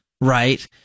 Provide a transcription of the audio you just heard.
right